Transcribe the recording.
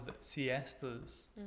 siestas